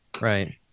Right